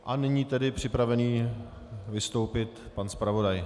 A nyní tedy je připravený vystoupit pan zpravodaj.